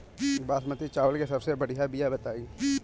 बासमती चावल के सबसे बढ़िया बिया बताई?